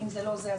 אם זה לא זה,